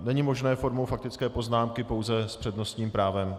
Není možné formou faktické poznámky, pouze s přednostním právem.